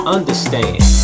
Understand